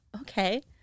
Okay